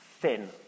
Thin